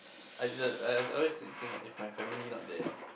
I didn't I I I always think like if my family not there